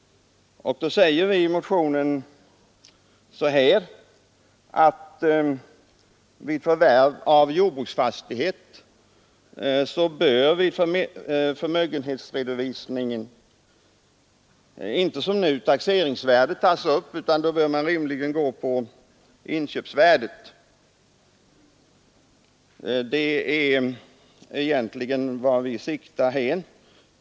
Vi säger i motionen att vid förvärv av jordbruksfastighet bör vid förmögenhetsredovisningen inte såsom nu taxeringsvärdet tas upp som förmögenhet utan i stället inköpsvärdet. Det är dit vi syftar.